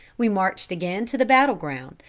we marched again to the battle ground,